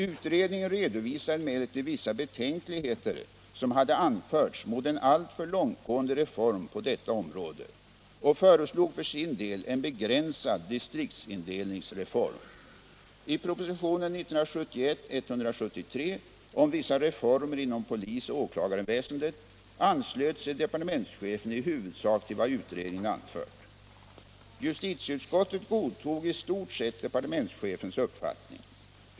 Utredningen redovisade emellertid vissa betänkligheter som hade anförts mot en alltför långtgående reform på detta område och föreslog för sin del en begränsad distriktsindelningsreform. I prop. 1971:173 om vissa reformer inom polisoch åklagarväsendet anslöt sig departementschefen i huvudsak till vad utredningen anfört. Justitieutskottet godtog i stort sett departementschefens uppfattning.